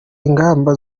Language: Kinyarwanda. ingamba